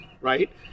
right